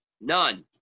None